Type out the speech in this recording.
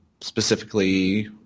specifically